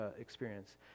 experience